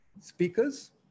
speakers